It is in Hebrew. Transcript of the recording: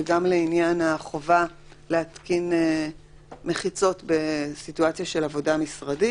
וגם לעניין החובה להתקין מחיצות בסיטואציה של עבודה משרדית: